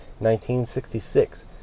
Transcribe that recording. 1966